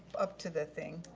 up to the thing?